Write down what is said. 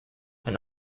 and